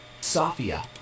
Sophia